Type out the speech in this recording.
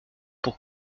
pour